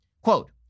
Quote